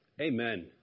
amen